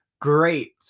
great